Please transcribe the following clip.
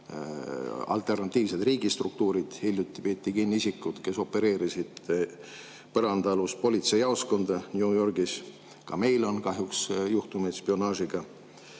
alternatiivsed riigistruktuurid, hiljuti peeti kinni isikud, kes opereerisid põrandaalust politseijaoskonda New Yorgis. Ka meil on kahjuks juhtumeid spionaažiga. Kui